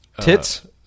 Tits